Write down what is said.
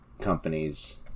companies